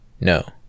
No